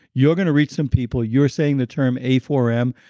you're going to reach some people, you're saying the term a four m,